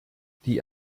die